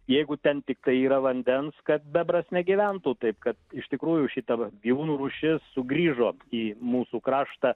jeigu ten tiktai yra vandens kad bebras negyventų taip kad iš tikrųjų šita gyvūnų rūšis sugrįžo į mūsų kraštą